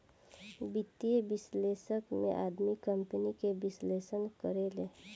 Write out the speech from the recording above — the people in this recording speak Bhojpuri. वित्तीय विश्लेषक में आदमी कंपनी के विश्लेषण करेले